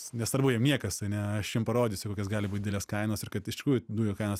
nesvarbu jam niekas ane aš jum parodysiu kokios gali būt didelės kainos ir kad iš tikrųjų dujų kainos